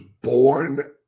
born